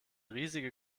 riesige